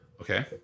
Okay